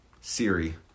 Siri